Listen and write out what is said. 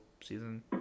season